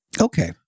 Okay